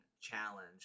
challenge